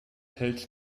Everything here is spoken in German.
hält